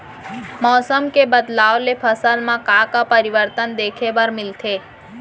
मौसम के बदलाव ले फसल मा का का परिवर्तन देखे बर मिलथे?